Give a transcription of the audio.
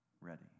ready